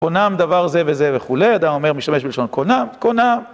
קונם דבר זה וזה וכולי, אדם אומר, משתמש בלשון קונם, קונם.